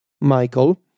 Michael